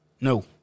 No